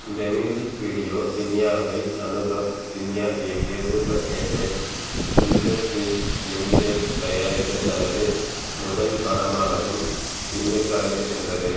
இந்த music video சின்யாவை அனுபவ் சின்யா இயக்கிய சூப்பர் கேசட்ஸ் இண்டஸ்ட்ரீஸ் லிமிடெட் தயாரித்த தனது முதல் படமானதும் பின்னுக்கு அழைத்துச் சென்றது